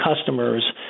customers